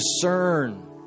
discern